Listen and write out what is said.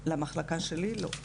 למחלקה שלי לא.